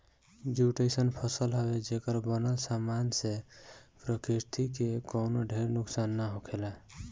jute अइसन फसल हवे, जेकर बनल सामान से प्रकृति के कवनो ढेर नुकसान ना होखेला